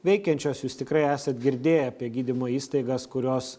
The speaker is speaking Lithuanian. veikiančios jūs tikrai esat girdėję apie gydymo įstaigas kurios